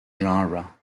genre